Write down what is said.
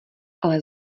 ale